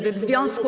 W związku.